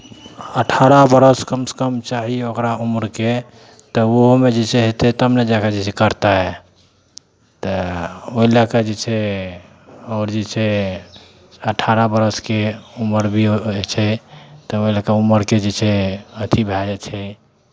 अठारह बरस कमसँ कम चाही ओकरा उम्रके तऽ ओहोमे जे छै हेतै तब ने जा कऽ जे छै करतै तऽ ओहि लऽ कऽ जे छै आओर जे छै अठारह बरसके उमर भी रहै छै तब ओहि लऽ कऽ उमरके जे छै अथी भए जाइ छै